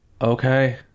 Okay